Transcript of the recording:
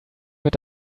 wird